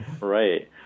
Right